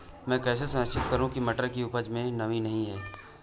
मैं कैसे सुनिश्चित करूँ की मटर की उपज में नमी नहीं है?